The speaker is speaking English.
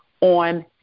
on